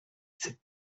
cette